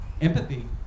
empathy